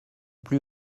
plus